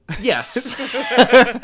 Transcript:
Yes